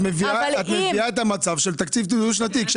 את מביאה את המצב של תקציב דו שנתי.